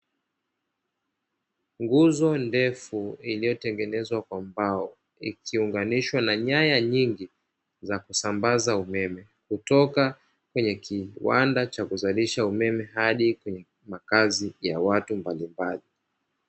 Nguzo ndefu iliyotengenezwa kwa mbao ikiunganishwa na nyaya nyingi za kusambaza umeme, kutoka kwenye kiwanda cha kuzalisha umeme hadi kwenye makazi ya watu mbalimbali.